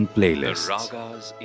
Playlists